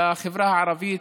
בחברה הערבית,